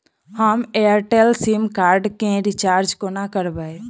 हम Airtel sim card केँ recharge कोना करबै?